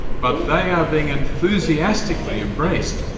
but they are being enthusiastically embraced,